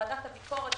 ועדת הביקורת.